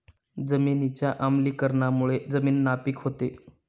जमिनीच्या आम्लीकरणामुळे जमीन नापीक होते